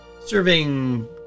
serving